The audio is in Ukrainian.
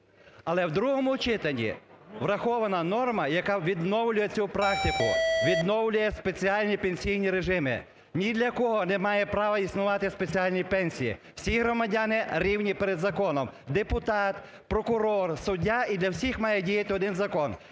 Але в другому читанні врахована норма, яка відновлює цю практику, відновлює спеціальні пенсійні режими. Ні для кого не мають права існувати спеціальні пенсії, всі громадяни рівні перед законом. Депутат, прокурор, суддя – і для всіх має діяти один закон.